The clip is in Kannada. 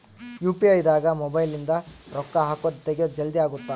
ಯು.ಪಿ.ಐ ದಾಗ ಮೊಬೈಲ್ ನಿಂದ ರೊಕ್ಕ ಹಕೊದ್ ತೆಗಿಯೊದ್ ಜಲ್ದೀ ಅಗುತ್ತ